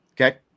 Okay